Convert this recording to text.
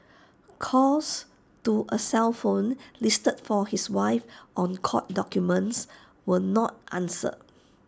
calls to A cell phone listed for his wife on court documents were not answered